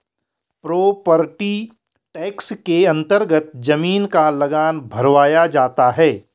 property tax के अन्तर्गत जमीन का लगान भरवाया जाता है